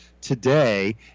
today